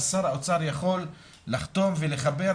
אז שר האוצר יכול לחתום ולחבר,